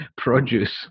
produce